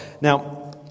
Now